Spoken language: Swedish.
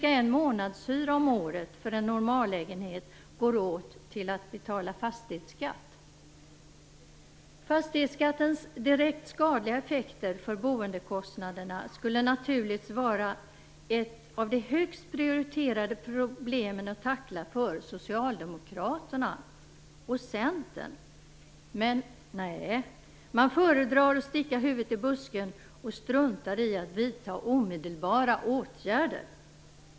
Ca en månadshyra om året går för en normallägenhet åt till att betala fastighetsskatt. Fastighetsskattens direkt skadliga effekter för boendekostnaderna borde naturligtvis vara ett av de högst prioriterade problemen att tackla för Socialdemokraterna och Centern, men nej. Man föredrar att sticka huvudet i busken, och man struntar i att vidta omedelbara åtgärder.